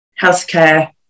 healthcare